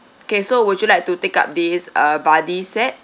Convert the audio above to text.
okay so would you like to take up this uh buddy set